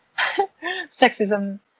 sexism